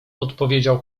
odpowiedział